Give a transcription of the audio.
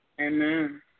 Amen